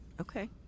Okay